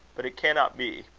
but it cannot be.